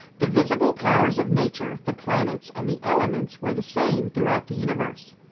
the visible powers of nature, the planets, and the elements were the same throughout the universe.